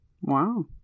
Wow